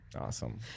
Awesome